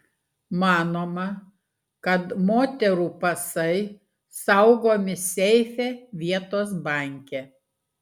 manoma kad moterų pasai saugomi seife vietos banke